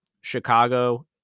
Chicago